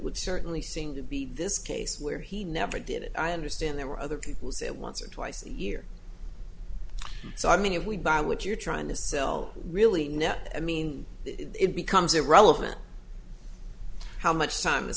would certainly seem to be this case where he never did it i understand there were other people say it once or twice a year so i mean if we buy what you're trying to sell really net i mean it becomes irrelevant how much time